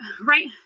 right